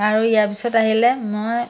আৰু ইয়াৰ পিছত আহিলে মই